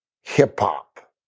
hip-hop